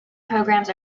programs